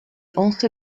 also